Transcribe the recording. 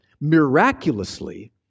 miraculously